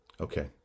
Okay